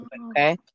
Okay